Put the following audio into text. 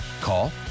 Call